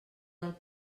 del